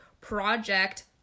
Project